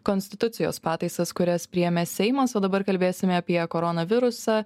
konstitucijos pataisas kurias priėmė seimas o dabar kalbėsime apie koronavirusą